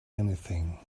anything